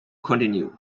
continue